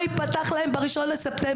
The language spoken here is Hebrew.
והחלפתי להם יום יום על שטיח.